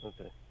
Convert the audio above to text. okay